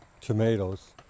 tomatoes